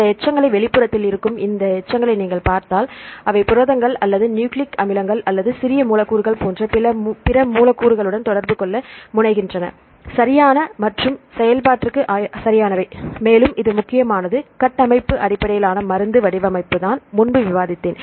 இந்த எச்சங்களை வெளிப்புறத்தில் இருக்கும் இந்த எச்சங்களை நீங்கள் பார்த்தால் அவை புரதங்கள் அல்லது நியூக்ளிக் அமிலங்கள் அல்லது சிறிய மூலக்கூறுகள் போன்ற பிற மூலக்கூறுகளுடன் தொடர்பு கொள்ள முனைகின்றன சரியான மற்றும் செயல்பாட்டுக்கு சரியானவை மேலும் இது முக்கியமானது கட்டமைப்பு அடிப்படையிலான மருந்து வடிவமைப்பு நான் முன்பு விவாதித்தேன்